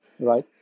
right